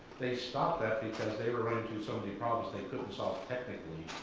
they stopped that because they were running into so many problems they couldn't solve technically,